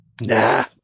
Nah